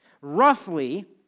Roughly